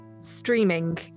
streaming